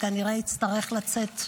וכנראה יצטרך לצאת,